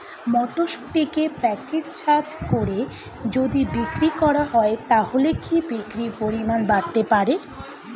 মটরশুটিকে প্যাকেটজাত করে যদি বিক্রি করা হয় তাহলে কি বিক্রি পরিমাণ বাড়তে পারে?